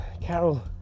Carol